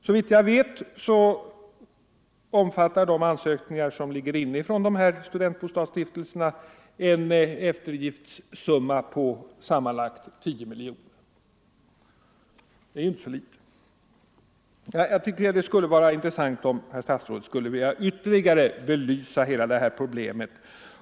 Såvitt jag vet omfattar de ansökningar som ligger inne från de här bostadsstiftelserna en eftergiftssumma på tillsammans 10 miljoner kronor. Det är inte så litet. Det skulle vara intressant om statsrådet ville ytterligare belysa hela detta problem.